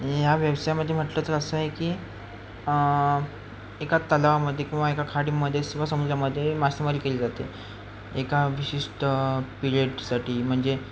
या व्यवसायामध्ये म्हटलं तर असं आहे की एका तलावामध्ये किंवा एका खाडीमध्ये किंवा समुद्रामध्ये मासेमारी केली जाते एका विशिष्ट पिरेडसाठी म्हणजे